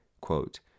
Quote